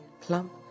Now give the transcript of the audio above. plump